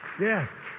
Yes